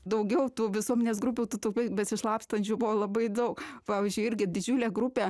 daugiau tų visuomenės grupių tų tupai besislapstančių buvo labai daug pavyzdžiui irgi didžiulė grupė